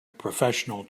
professional